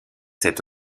cet